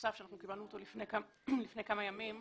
שקיבלנו אותו לפני כמה ימים.